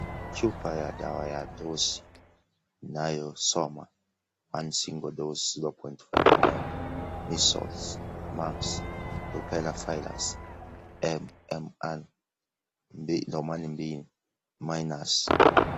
Chupa ya dawa ya dosi inayosoma (cs)one single dose zero point five ml,Measles, Mumps, Rubella virus, M-M-R(cs)romani mbili,(cs)minus(cs).